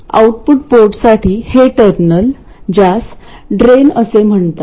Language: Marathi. आउटपुट पोर्टसाठी हे टर्मिनल ज्यास ड्रेन असे म्हणतात